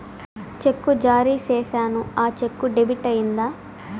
చెక్కు జారీ సేసాను, ఆ చెక్కు డెబిట్ అయిందా